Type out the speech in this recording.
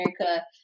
America